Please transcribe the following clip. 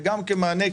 וגם כמענה,